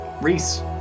Reese